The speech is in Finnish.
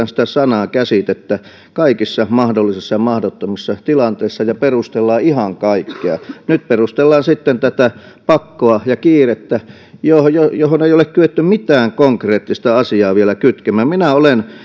sitä sanaa käsitettä käytetään kaikissa mahdollisissa ja mahdottomissa tilanteissa ja sillä perustellaan ihan kaikkea nyt perustellaan sitten tätä pakkoa ja kiirettä johon johon ei ole kyetty mitään konkreettista asiaa vielä kytkemään minä olen